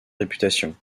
réputation